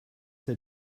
der